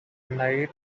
night